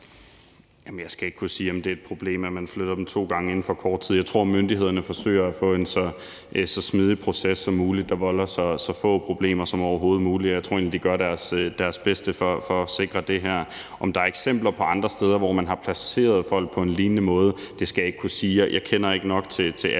(SF): Jamen jeg skal ikke kunne sige, om det er et problem, at man flytter dem to gange inden for kort tid. Jeg tror, at myndighederne forsøger at få en så smidig proces som muligt, og som volder så få problemer som overhovedet muligt, og jeg tror egentlig, at de gør deres bedste for at sikre det her. Om der er eksempler på andre steder, hvor man har placeret folk på en lignende måde, skal jeg ikke kunne sige. Jeg kender ikke nok til alle